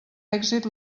èxit